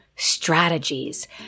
strategies